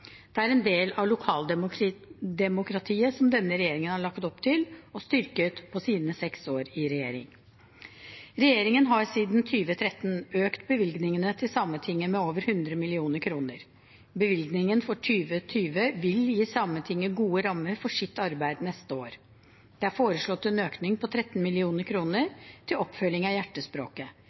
Det er en del av lokaldemokratiet som denne regjeringen har lagt opp til, og styrket, på sine seks år i regjering. Regjeringen har siden 2013 økt bevilgningene til Sametinget med over 100 mill. kr. Bevilgningen for 2020 vil gi Sametinget gode rammer for sitt arbeid neste år. Det er foreslått en økning på 13 mill. kr til oppfølging av Hjertespråket.